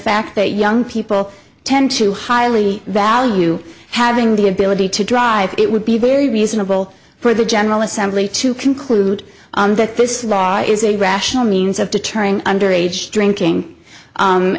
fact that young people tend to highly value having the ability to drive it would be very reasonable for the general assembly to conclude that this law is a rational means of deterring under age drinking